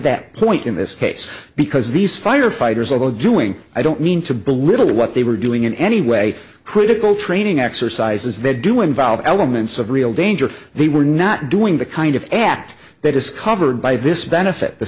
that point in this case because these firefighters although doing i don't mean to belittle what they were doing in any way critical training exercises that do involve elements of real danger they were not doing the kind of act that is covered by this benefit the